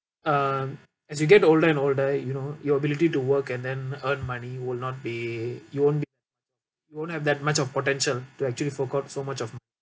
uh as you get older and older you know your ability to work and then earn money will not be you won't you won't have that much of potential to actually fork out so much of